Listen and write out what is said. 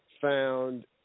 found